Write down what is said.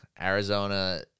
Arizona